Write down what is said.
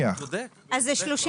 זה 31